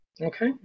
Okay